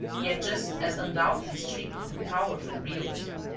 yet just as undoubtedly streaked with a powerful realism.